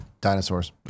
dinosaurs